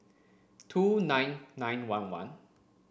two nine nine one one